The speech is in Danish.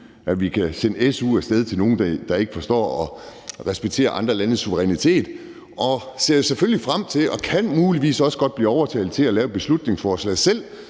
at vi kan sende su af sted til nogle, der ikke forstår at respektere andre landes suverænitet. Jeg kan muligvis også godt blive overtalt til at lave et beslutningsforslag selv,